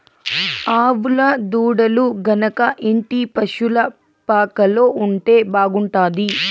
ఆవుల దూడలు గనక ఇంటి పశుల పాకలో ఉంటే బాగుంటాది